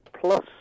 plus